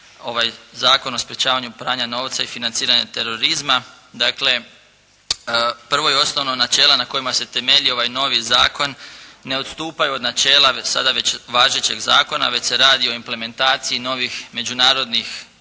ovaj Zakon o sprječavanju pranja novca i financiranja terorizma. Dakle, prvo i osnovno načela na kojima se temelji ovaj novi zakon ne odstupaju od načela sada već važećeg zakona već se radi o implementaciji i novih međunarodnih